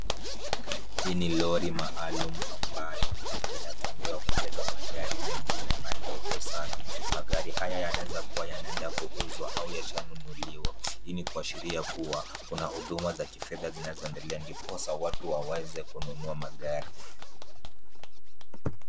Hili ni lori maalum ambayo inatumika kubeba magari mengine madogo sana. Magari haya yanaweza kuwa yanaenda kuuzwa au yameshanunuliwa . Hii inaashiria kuwa kuna huduma za kifedha zinazoendelea ndiposa watu waweze kununua magari.